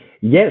Yes